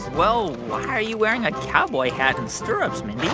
well, why are you wearing a cowboy hat and stirrups, mindy?